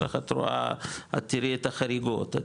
את תראי את החריגות,